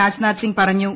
രാജ്നാഥ് സിങ്ങ് പറഞ്ഞു